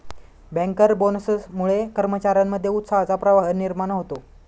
banker बोनसमुळे कर्मचार्यांमध्ये उत्साहाचा प्रवाह निर्माण होतो